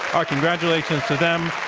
our congratulations to them.